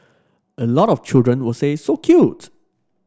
a lot of children will say so cute